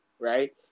right